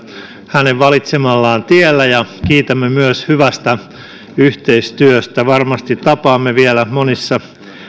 hänen valitsemallaan tiellä ja kiitämme myös hyvästä yhteistyöstä varmasti tapaamme vielä monissa